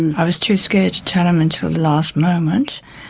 and i was too scared to tell him until the last moment.